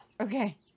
Okay